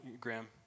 Graham